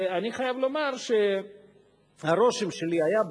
אני חייב לומר שהרושם שלי היה,